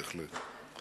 בהחלט.